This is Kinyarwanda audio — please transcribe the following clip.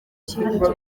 kintu